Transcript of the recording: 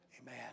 amen